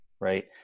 right